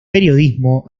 periodismo